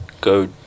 go